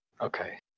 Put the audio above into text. Okay